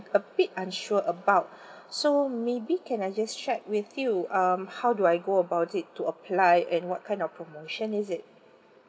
a bit unsure about so maybe can I just check with you um how do I go about it to apply and what kind of promotion is it